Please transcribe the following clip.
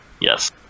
Yes